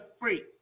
free